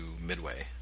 Midway